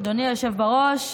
אדוני היושב-ראש.